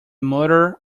murder